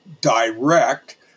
direct